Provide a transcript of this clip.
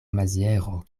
maziero